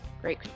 Great